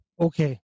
okay